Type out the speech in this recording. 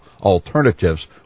alternatives